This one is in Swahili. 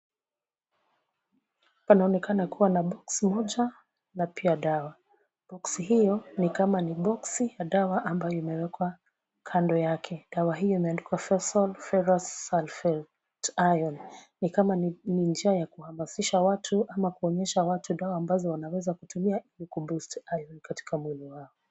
Panaonekana kuwa na boksi moja na pia dawa. Boksi hiyo ni kama ni boksi ya dawa ambayo limewekwa kando yake. Boksi hiyo imeandikwa Forum Sulphate Iron ni kama ni njia ya kuuhamasisha watu na kuonyesha watu dawa ambazo wanaweza kutumia ili ku busti ayon katika mwili wao.